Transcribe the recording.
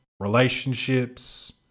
relationships